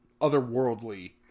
otherworldly